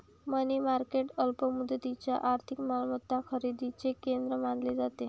मनी market अल्प मुदतीच्या आर्थिक मालमत्ता खरेदीचे केंद्र मानले जाते